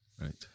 Right